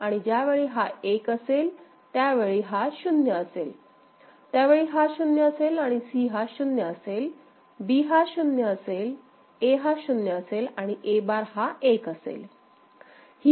आणि ज्यावेळी हा 1 असेल त्यावेळी हा 0 असेलत्यावेळी हा 0 असेलआणि C हा 0 असेल B हा 0 असेल A हा 0 असेल आणि A बार हा 1 असेल